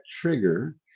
trigger